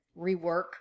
rework